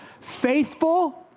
Faithful